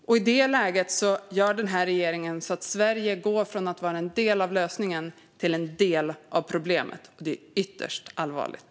I det läget gör den här regeringen så att Sverige går från att vara en del av lösningen till att vara en del av problemet, och det är ytterst allvarligt.